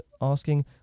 asking